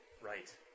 right